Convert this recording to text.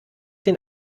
den